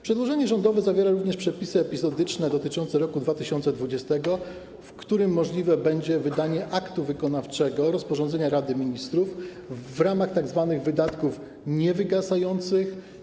Przedłożenie rządowe zawiera również przepisy epizodyczne dotyczące roku 2020, w którym możliwe będzie wydanie aktu wykonawczego, rozporządzenia Rady Ministrów, co dotyczy tzw. wydatków niewygasających.